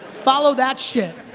follow that shit.